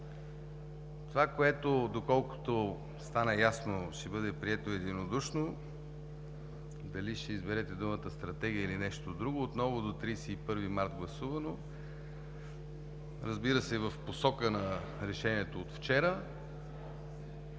Това, което, доколкото стана ясно, ще бъде прието единодушно, дали ще изберете думата „стратегия“ или нещо друго, отново до 31 март гласувано, разбира се, в посока на решението от вчера,